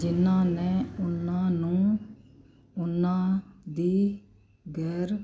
ਜਿਹਨਾਂ ਨੇ ਉਹਨਾਂ ਨੂੰ ਉਹਨਾਂ ਦੀ ਗੈਰ